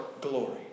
glory